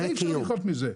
איך אפשר לחיות מזה?